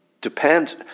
depends